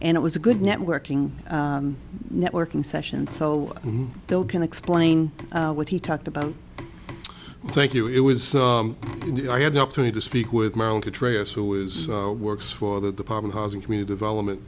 and it was a good networking networking session so they'll can explain what he talked about thank you it was the i had the opportunity to speak with my own betrayers who is works for the department housing community development